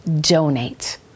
donate